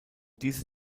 diese